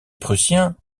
prussiens